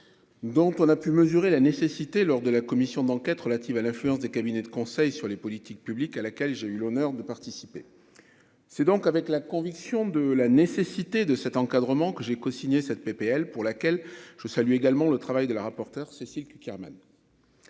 dont on a pu mesurer la nécessité lors de la commission d'enquête relative à l'influence des cabinets de conseils sur les politiques publiques, à laquelle j'ai eu l'honneur de participer, c'est donc avec la conviction de la nécessité de cet encadrement que j'ai cosigné cette PPL pour laquelle je vous salue également le travail de la rapporteure Cécile Cukierman.